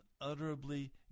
unutterably